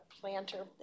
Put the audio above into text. planter